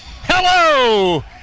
Hello